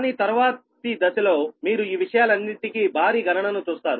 కానీ తరువాతి దశలో మీరు ఈ విషయాలన్నింటికీ భారీ గణనను చూస్తారు